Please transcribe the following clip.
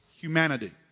humanity